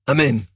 Amen